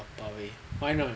why not